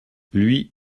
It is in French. lui